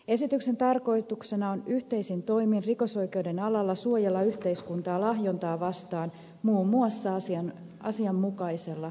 esityksen tarkoituksena on yhteisin toimin rikosoikeuden alalla suojella yhteiskuntaa lahjontaa vastaan muun muassa asianmukaisella rikoslainsäädännöllä